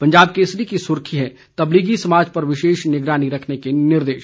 पंजाब केसरी की सुर्खी है तबलीगी समाज पर विशेष निगरानी रखने के निर्देश